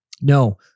No